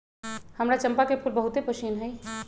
हमरा चंपा के फूल बहुते पसिन्न हइ